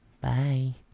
Bye